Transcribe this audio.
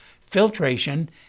filtration